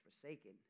forsaken